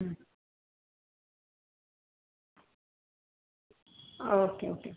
हं okay okay